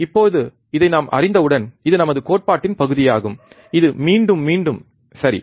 இப்போது இதை நாம் அறிந்தவுடன் இது நமது கோட்பாட்டின் பகுதியாகும் இது மீண்டும் மீண்டும் சரி